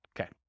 Okay